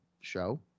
show